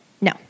No